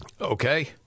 okay